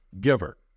giver